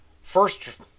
first